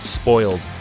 spoiled